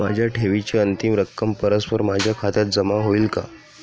माझ्या ठेवीची अंतिम रक्कम परस्पर माझ्या खात्यात जमा होईल का?